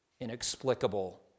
inexplicable